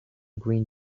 green